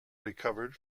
recovered